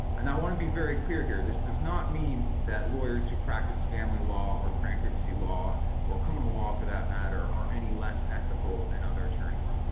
and i want to be very clear here. this does not mean that lawyers who practice family law or bankruptcy law or criminal law for that matter are any less ethical than other attorneys.